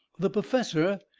the perfessor,